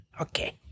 Okay